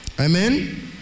Amen